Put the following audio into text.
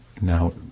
now